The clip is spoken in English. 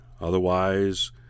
Otherwise